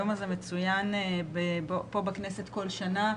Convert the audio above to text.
היום הזה מצוין פה בכנסת כל שנה,